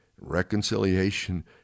reconciliation